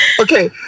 okay